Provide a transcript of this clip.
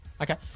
Okay